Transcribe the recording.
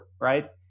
Right